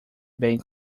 bem